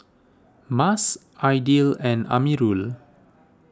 Mas Aidil and Amirul